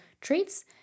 traits